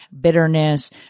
bitterness